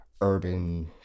urban